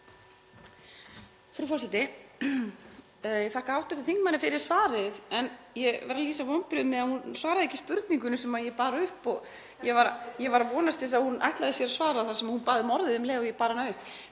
Frú forseti. Ég þakka hv. þingmanni fyrir svarið en ég verð að lýsa vonbrigðum með að hún svaraði ekki spurningunni sem ég bar upp og ég var að vonast til þess að hún ætlaði sér að svara þar sem hún bað um orðið um leið og ég bar hana